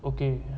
okay